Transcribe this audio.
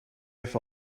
have